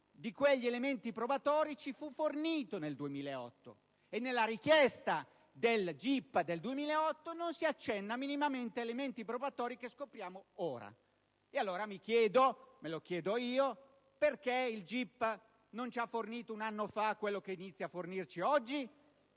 di quegli elementi probatori ci fu fornito nel 2008 e nella richiesta del GIP del 2008 non si accenna minimamente ad elementi probatori che scopriamo ora. Allora mi chiedo: perché il GIP non ci ha fornito un anno fa quello che inizia a fornirci oggi?